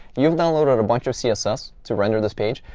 you've downloaded a bunch of css to render this page.